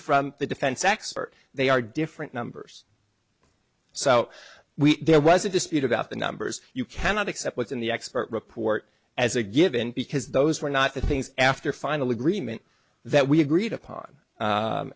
from the defense expert they are different numbers so we there was a dispute about the numbers you cannot accept what's in the expert report as a given because those were not the things after final agreement that we agreed upon